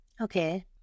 Okay